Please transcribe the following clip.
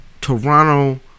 Toronto